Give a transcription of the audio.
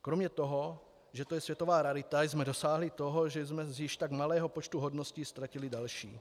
Kromě toho, že to je světová rarita, jsme dosáhli toho, že jsme z již tak malého počtu hodností ztratili další.